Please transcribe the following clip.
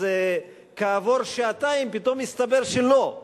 אז כעבור שעתיים פתאום הסתבר שלא.